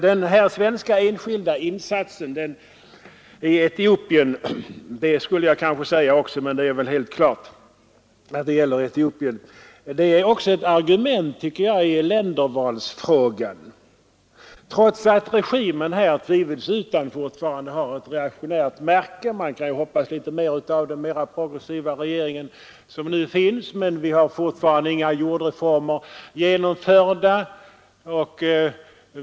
Den här enskilda svenska insatsen i Etiopien är emellertid också ett argument i ländervalsfrågan. Tvivelsutan har regimen i Etiopien fortfarande ett reaktionärt märke, även om man kan hoppas på den mera progressiva regering som nu finns. Fortfarande är inga jordreformer genomförda där.